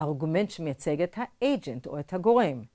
ארגומנט שמייצג את ה-agent או את הגורם.